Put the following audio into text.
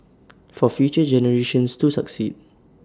for future generations to succeed